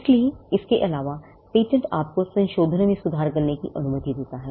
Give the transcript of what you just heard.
इसलिए इसके अलावा पेटेंट आपको संशोधनों में सुधार करने की अनुमति देता है